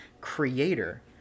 Creator